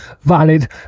valid